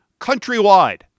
countrywide